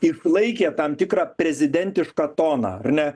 ir laikė tam tikrą prezidentišką toną ar ne